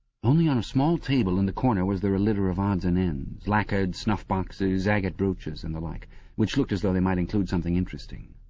only on a small table in the corner was there a litter of odds and ends lacquered snuffboxes, agate brooches, and the like which looked as though they might include something interesting.